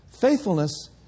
faithfulness